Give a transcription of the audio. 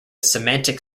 semantic